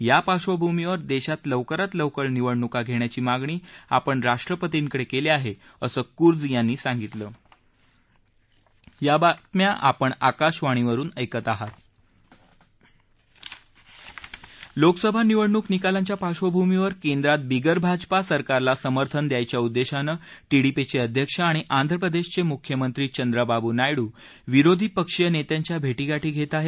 या पार्श्वभूमीवर देशात लवकरात लवकर निवडणूक घेण्याची मागणी आपण राष्ट्रपतींकडे केली आहे असं क्रुई यांनी सांगितलं लोकसभा निवडणूक निकालांच्या पार्श्वभूमीवर केंद्रात बिगरभाजपा सरकारला समर्थन द्यायच्या उद्देशानं टीडीपीचे अध्यक्ष आणि आंध्रप्रदेशचे मुख्यमंत्री चंद्राबाबू नायडू विरोधी पक्षीय नेत्यांच्या भेटी घेत आहेत